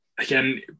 Again